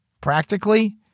Practically